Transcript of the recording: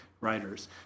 writers